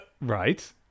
right